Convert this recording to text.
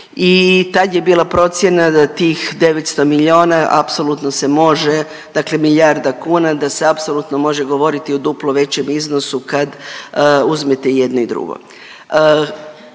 i tad je bila procjena da tih 900 miliona apsolutno se može, dakle milijarda kuna da se apsolutno može govoriti o duplo većem iznosu kad uzmete jedno i drugo.